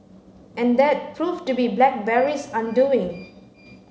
and that proved to be Blackberry's undoing